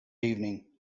evening